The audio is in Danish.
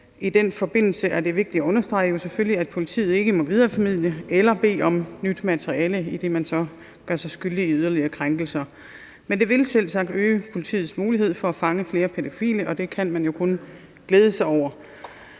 I den forbindelse er det jo vigtigt at understrege, at politiet selvfølgelig ikke må videreformidle eller bede om nyt materiale, idet man så gør sig skyldig i yderligere krænkelser. Men det vil selvsagt øge politiets mulighed for at fange flere pædofile, og det kan man jo kun glæde sig over.